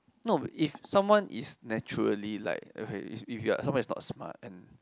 no if someone is naturally like okay if if you are someone is not smart and